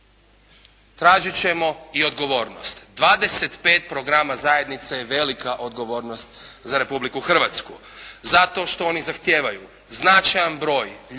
tražit ćemo i odgovornost, dvadeset pet programa zajednice je velika odgovornost za Republiku Hrvatsku zato što oni zahtijevaju značajan broj ljudi